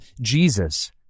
Jesus